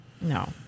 No